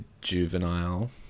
juvenile